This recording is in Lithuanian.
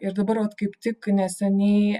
ir dabar vat kaip tik neseniai